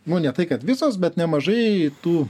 nu ne tai kad visos bet nemažai tų